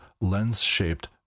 lens-shaped